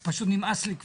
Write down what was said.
בוא נוריד גם לחברי כנסת.